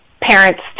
parents